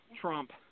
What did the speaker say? Trump